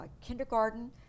kindergarten